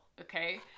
okay